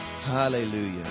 Hallelujah